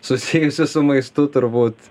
susijusi su maistu turbūt